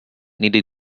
needed